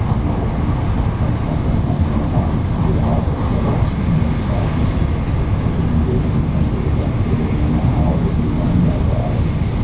and i just happened to find marathons to be that outlet, whether it's swimming or biking or just engaging in some physical activity. and now with these running guide dogs,